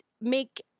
make